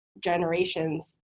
generations